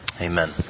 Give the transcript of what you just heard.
Amen